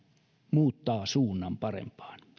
muuttaa suunnan parempaan